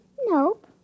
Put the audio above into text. Nope